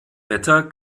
wetter